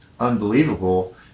unbelievable